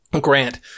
grant